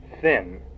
Thin